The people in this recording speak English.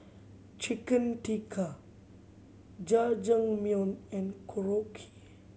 Chicken Tikka Jajangmyeon and Korokke